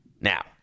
Now